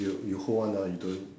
you you hold on ah you don't